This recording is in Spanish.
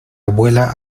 abuela